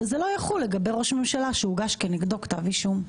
שזה לא יחול לגבי ראש ממשלה שהוגש כנגדו כתב אישום.